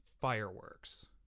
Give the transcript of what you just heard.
fireworks